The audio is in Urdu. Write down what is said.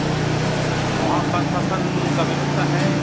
اچھا ٹھیک وہاں پرساسن کا ویوستھا ہے